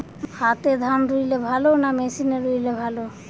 হাতে ধান রুইলে ভালো না মেশিনে রুইলে ভালো?